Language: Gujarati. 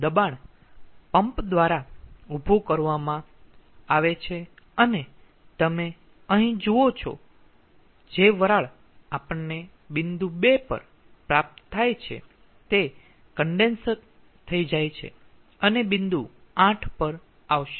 દબાણ પંપ દ્વારા ઉભું કરવામાં આવે છે અને અહીં તમે જુઓ છો જે વરાળ આપણને બિંદુ 2 પર પ્રાપ્ત થય છે તે કન્ડેન્સ થઈ જાય અને બિંદુ 8 પર આવશે